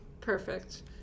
Perfect